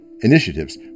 Initiatives